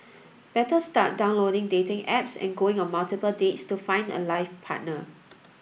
better start downloading dating apps and going on multiple dates to find a life partner